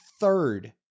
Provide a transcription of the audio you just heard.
third